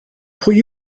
pwy